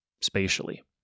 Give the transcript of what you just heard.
spatially